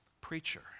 preacher